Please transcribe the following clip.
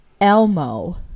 Elmo